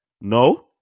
No